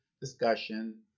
discussion